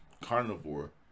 carnivore